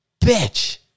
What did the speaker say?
bitch